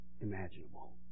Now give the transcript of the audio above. imaginable